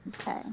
Okay